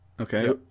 Okay